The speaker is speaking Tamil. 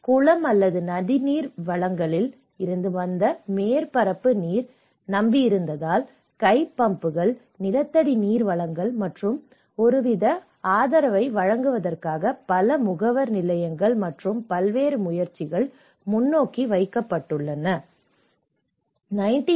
குளம் அல்லது நதி நீர் வளங்களில் இருந்து வந்த மேற்பரப்பு நீரை நம்பியிருந்ததால் கை பம்புகள் நிலத்தடி நீர் வளங்கள் மற்றும் ஒருவித ஆதரவை வழங்குவதற்காக பல முகவர் நிலையங்கள் மற்றும் பல்வேறு முயற்சிகள் முன்னோக்கி வைக்கப்பட்டுள்ளன